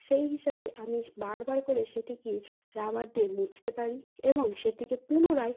সেই হিসাবে আমি বারবার করে সেটিকে রাবার দিয়ে মুছতে পারি এবং সেটিকে পুনরায়